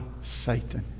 Satan